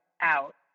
out